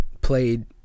played